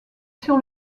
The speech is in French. sur